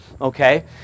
Okay